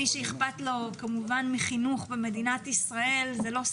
מי שאכפת לי מחינוך במדינת ישראל, זה לא סתם.